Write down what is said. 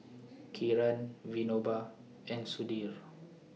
Kiran Vinoba and Sudhir